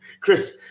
Chris